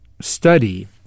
study